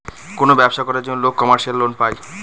কোনো ব্যবসা করার জন্য লোক কমার্শিয়াল লোন পায়